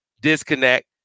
disconnect